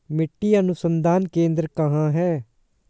मिट्टी अनुसंधान केंद्र कहाँ है?